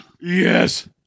Yes